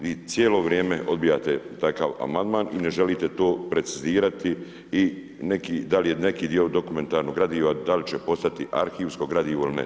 Vi cijelo vrijeme odbijate takav amandman i ne želite to precizirati i da li je neki dio dokumentarnog gradiva da li će postati arhivskog gradivo ili ne.